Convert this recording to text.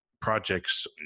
projects